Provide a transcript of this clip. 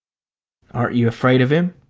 aren't you afraid of him?